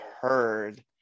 heard